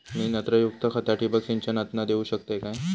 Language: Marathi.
मी नत्रयुक्त खता ठिबक सिंचनातना देऊ शकतय काय?